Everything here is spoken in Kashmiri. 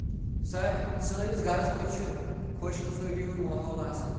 سٲنِس گَرَس منٛز چھِ خۄش خصوٗلی ہُنٛد ماحول آسان